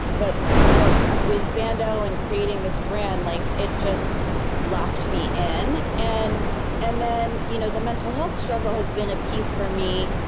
but but with ban do and creating this brand, like it just locked me in and and then you know the mental health struggle has been a piece for me.